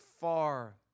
far